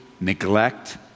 neglect